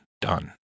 done